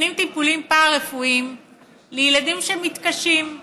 נותנים טיפולים פארה-רפואיים לילדים שמתקשים,